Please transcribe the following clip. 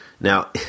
Now